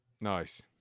Nice